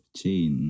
chain